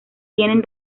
tienen